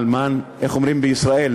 אלמן, איך אומרים בישראל?